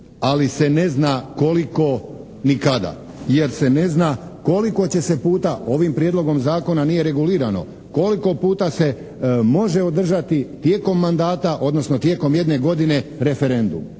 ali se ne zna koliko ni kada? Jer se ne zna koliko će se puta, ovim Prijedlogom zakona nije regulirano koliko puta se može održati tijekom mandata odnosno tijekom jedne godine referendum?